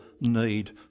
need